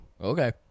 Okay